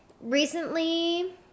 Recently